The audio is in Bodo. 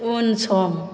उनसं